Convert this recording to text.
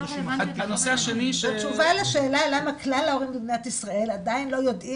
תשובה לשאלה למה כלל ההורים במדינת ישראל עדיין לא יודעים